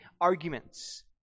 arguments